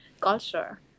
culture